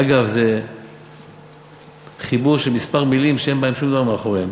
אגב, חיבור של כמה מילים שאין שום דבר מאחוריהן,